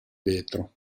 vetro